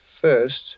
first